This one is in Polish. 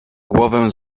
głowę